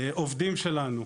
עובדים שלנו,